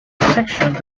section